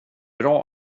bra